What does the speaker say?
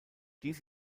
dies